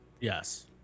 yes